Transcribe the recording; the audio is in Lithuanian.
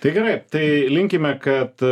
tai gerai tai linkime kad